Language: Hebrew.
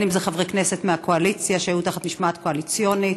חברי הכנסת, היום י"ט בכסלו תשע"ט,